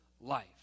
life